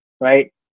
right